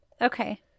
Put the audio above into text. Okay